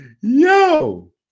Yo